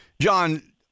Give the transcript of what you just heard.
John